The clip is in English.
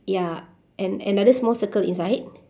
ya and another small circle inside